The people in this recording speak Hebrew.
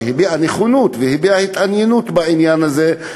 שהביעה נכונות והביעה התעניינות בעניין הזה,